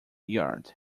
yard